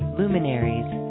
luminaries